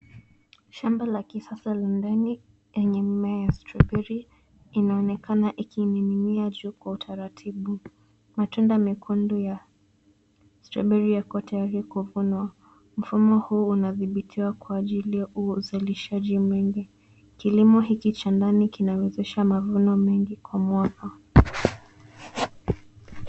Shamba la kisasa la ndani lenye mmea wa strawberry inaonekana ikining'inia juu kwa utaratibu. Matunda mekundu ya strawberry yako tayari kuvunwa. Mfumo huu unadhibitiwa kwa ajili ya uzalishaji mwingi. Kilimo hichi cha ndani kinawezesha mavuno mengi kwa mwaka.